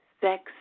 sex